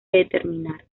determinar